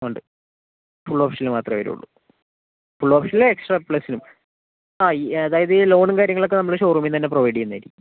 ഉണ്ട് full option മാത്രമേ വരുള്ളൂ ഫുൾ ഓപ്ഷനിൽ എക്സ്ട്രാ പ്ലസ്സിലും ആ ഈ അതായത് ഈ ലോണും കാര്യങ്ങളൊക്കെ നമ്മൾ ഷോറൂമിൽനിന്നുതന്നെ പ്രൊവൈഡ് ചെയ്യുന്നത് ആയിരിക്കും